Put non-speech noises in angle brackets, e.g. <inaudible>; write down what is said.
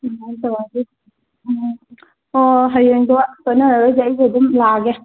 <unintelligible> ꯑꯣ ꯍꯌꯦꯡꯗꯣ ꯁꯣꯏꯅꯔꯔꯣꯏꯁꯤ ꯑꯩꯁꯨ ꯑꯗꯨꯝ ꯂꯥꯛꯑꯒꯦ